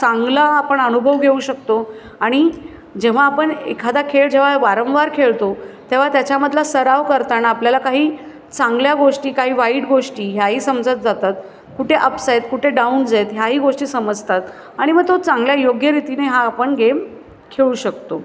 चांगला आपण अनुभव घेऊ शकतो आणि जेव्हा आपण एखादा खेळ जेव्हा वारंवार खेळतो तेव्हा त्याच्यामधला सराव करताना आपल्याला काही चांगल्या गोष्टी काही वाईट गोष्टी ह्याही समजत जातात कुठे अप्स आहेत कुठे डाऊन्ज आहेत ह्याही गोष्टी समजतात आणि मग तो चांगल्या योग्यरीतीने हा आपण गेम खेळू शकतो